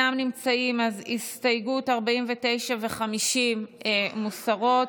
49 ו-50 מוסרות.